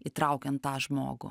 įtraukiant tą žmogų